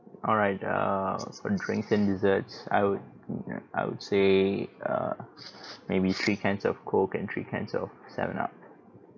alright err for drinks and desserts I would I would say uh maybe three cans of coke and three cans of seven up